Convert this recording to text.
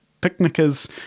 picnickers